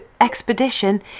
expedition